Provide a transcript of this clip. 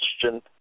question